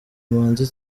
manzi